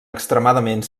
extremadament